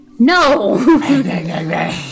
No